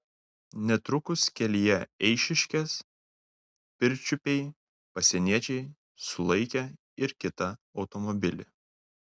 netrukus kelyje eišiškės pirčiupiai pasieniečiai sulaikė ir kitą automobilį